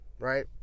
Right